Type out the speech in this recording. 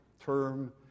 term